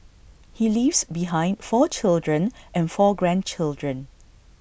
he leaves behind four children and four grandchildren